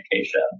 education